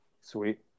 Sweet